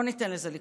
לא ניתן לזה לקרות.